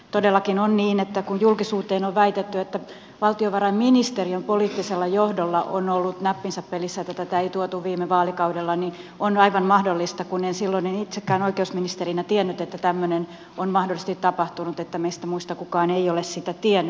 todellakin on niin että kun julkisuuteen on väitetty että valtiovarainministeriön poliittisella johdolla on ollut näppinsä pelissä siinä että tätä ei tuotu viime vaalikaudella niin on aivan mahdollista kun en silloin itsekään oikeusministerinä tiennyt että tämmöinen on mahdollisesti tapahtunut että meistä muista kukaan ei ole sitä tiennyt